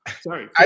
Sorry